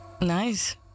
Nice